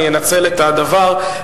אני אנצל את הדבר,